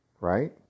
right